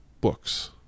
books